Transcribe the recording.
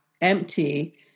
empty